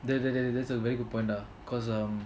that's that's that's a a a very good point ah because um